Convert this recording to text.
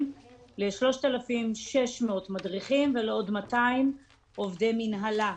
ל-3,600 מדריכים ולעוד 200 עובדי מינהלה.